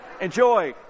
Enjoy